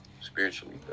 spiritually